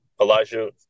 Elijah